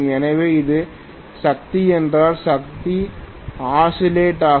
எனவே இது சக்தி என்றால் சக்தி ஆசிலேசட் ஆகும்